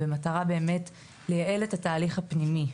במטרה לייעל את התהליך הפנימי,